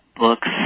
Books